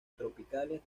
tropicales